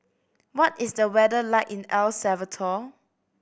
what is the weather like in El Salvador